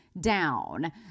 down